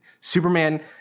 Superman